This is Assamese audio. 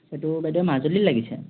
এইটো বাইদেউ মাজুলীত লাগিছে